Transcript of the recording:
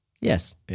Yes